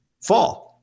fall